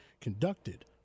conducted